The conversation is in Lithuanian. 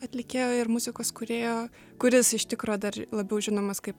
atlikėjo ir muzikos kūrėjo kuris iš tikro dar labiau žinomas kaip